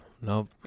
Nope